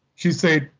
she said,